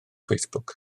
facebook